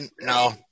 no